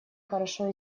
хорошо